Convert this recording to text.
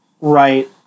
Right